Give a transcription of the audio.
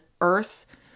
Earth